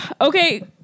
Okay